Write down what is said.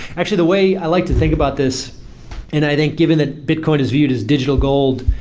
actually, the way i like to think about this and i think given that bitcoin is viewed as digital gold,